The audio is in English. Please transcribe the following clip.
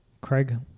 Craig